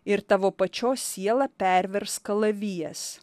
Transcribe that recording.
ir tavo pačios sielą pervers kalavijas